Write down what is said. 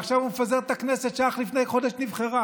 ועכשיו הוא מפזר את הכנסת שאך לפני חודש נבחרה